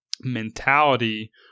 mentality